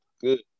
good